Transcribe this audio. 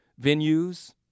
venues